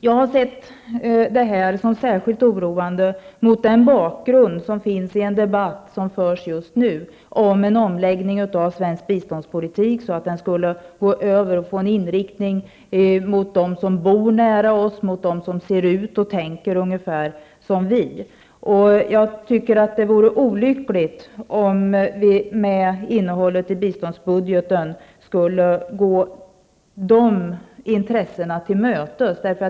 Jag har sett det som särskilt oroande mot bakgrund av den debatt som förs just nu om en omläggning av den svenska biståndspolitiken så att den skulle få en inriktning att i första hand hjälpa dem som bor nära oss, som ser ut och tänker ungefär som vi. Jag tycker att det vore olyckligt om vi med tanke på innehållet i biståndsbudgeten skulle gå sådana intressen till mötes.